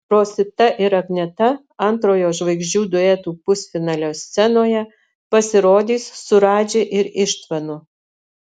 rosita ir agneta antrojo žvaigždžių duetų pusfinalio scenoje pasirodys su radži ir ištvanu